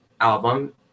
album